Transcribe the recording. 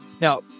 Now